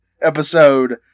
episode